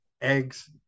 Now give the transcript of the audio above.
eggs